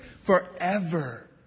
forever